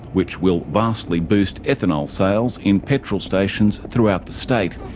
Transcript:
which will vastly boost ethanol sales in petrol stations throughout the state.